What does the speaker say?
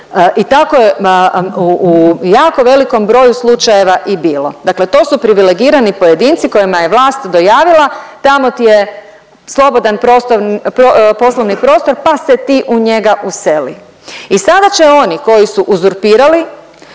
I tako je u jako velikom broju slučajeva i bilo. Dakle, to su privilegirani pojedinci kojima je vlast dojavila tamo ti je slobodan prostor, poslovni prostor pa se ti u njega useli. I sada će oni koji su uzurpirali,